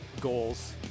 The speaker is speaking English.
goals